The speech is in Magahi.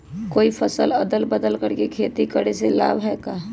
कोई फसल अदल बदल कर के खेती करे से लाभ है का?